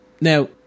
now